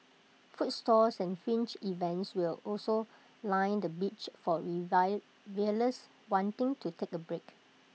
food stalls and fringe events will also line the beach for revellers wanting to take A break